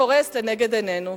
קורס לנגד עינינו.